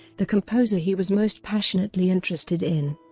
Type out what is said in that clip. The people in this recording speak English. the composer he was most passionately interested in.